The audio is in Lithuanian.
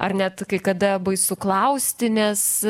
ar net kai kada baisu klausti nes